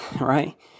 right